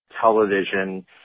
television